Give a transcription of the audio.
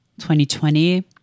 2020